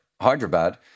Hyderabad